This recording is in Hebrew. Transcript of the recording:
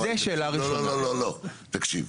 תקשיב.